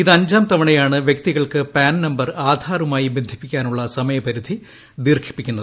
ഇത് അ്ഞ്ചാം തവണയാണ് വ്യക്തികൾക്ക് പാൻ നമ്പർ ആധാറുമായി ് ബന്ധിപ്പിക്കാനുള്ള സമയ പരിധി ദീർഘിപ്പിക്കുന്നത്